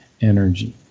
energy